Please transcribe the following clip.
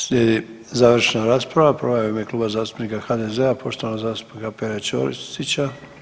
Slijedi završna rasprava, prva je u ime Kluba zastupnika HDZ-a poštovanog zastupnika Pere Ćosića.